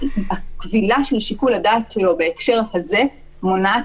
והכבילה של שיקול הדעת שלו בהקשר הזה מונעת